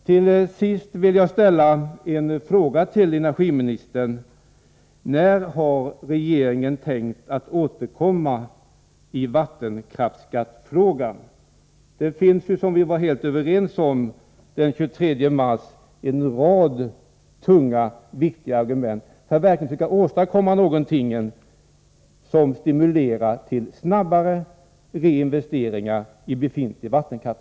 Till sist vill jag fråga energiministern: När har regeringen tänkt att återkomma i vattenkraftsskattefrågan? Det finns ju, vilket vi var överens om den 23 mars, en rad viktiga argument för att verkligen försöka åstadkomma en stimulans till snabbare reinvesteringar i befintlig vattenkraft.